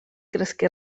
cresqué